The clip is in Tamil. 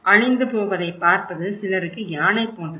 அழிந்து போவதைப் பார்ப்பது சிலருக்கு யானை போன்றது